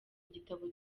igitabo